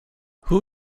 who